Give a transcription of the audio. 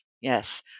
yes